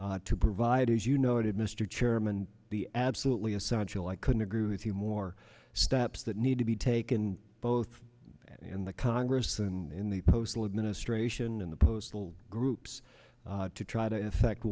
times to provide as you noted mr chairman the absolutely essential i couldn't agree with you more steps that need to be taken both in the congress and in the postal administration and the postal groups to try to effect